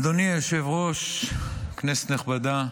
אדוני היושב-ראש, כנסת נכבדה,